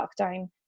lockdown